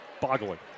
Boggling